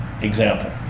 example